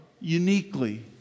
uniquely